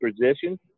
position